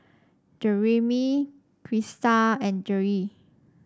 Jereme Crysta and Gerri